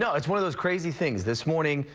yeah it's one of those crazy things this morning.